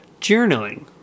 journaling